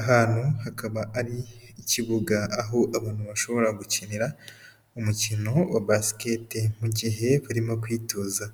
Ahantu hakaba ari ikibuga aho abantu bashobora gukinira umukino wa basikete mu gihe barimo kwitoza.